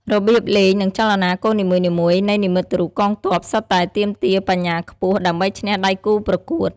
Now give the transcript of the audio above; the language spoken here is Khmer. របៀបលេង និងចលនាកូននីមួយៗនៃនិមិត្តរូបកងទ័ពសុទ្ធតែទាមទារបញ្ញាខ្ពស់ ដើម្បីឈ្នះដៃគូប្រកួត។